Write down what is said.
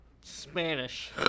Spanish